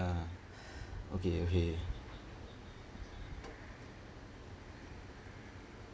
ah okay okay